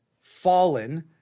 fallen